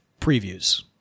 previews